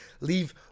leave